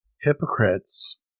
Hypocrites